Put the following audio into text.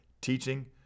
teaching